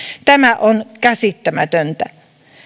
tämä on käsittämätöntä